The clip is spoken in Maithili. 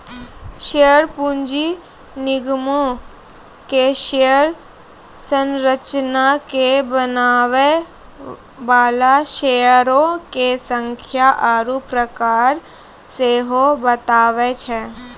शेयर पूंजी निगमो के शेयर संरचना के बनाबै बाला शेयरो के संख्या आरु प्रकार सेहो बताबै छै